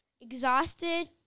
Exhausted